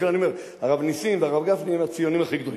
לכן אני אומר: הרב נסים והרב גפני הם הציונים הכי גדולים.